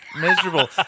Miserable